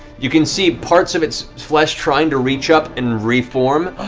you can see parts of its flesh trying to reach up and re-form,